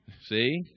see